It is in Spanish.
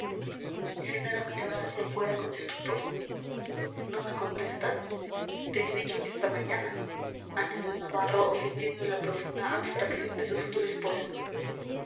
genara miraba hacia fuera con estupor no me contestas te he dicho que hasta mañana añadió navarro ofendido de la profunda abstracción de su futura esposa